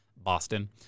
Boston